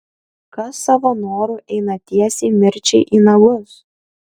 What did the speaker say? kas savo noru eina tiesiai mirčiai į nagus